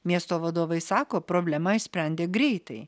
miesto vadovai sako problemą išsprendė greitai